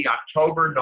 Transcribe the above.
October